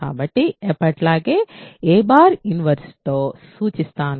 కాబట్టి ఎప్పటిలాగే a 1 inverse తో సూచిస్తాము